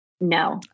No